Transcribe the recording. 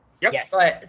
yes